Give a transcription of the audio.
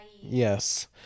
Yes